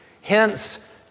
hence